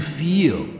feel